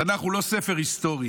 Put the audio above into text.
התנ"ך הוא לא ספר היסטורי.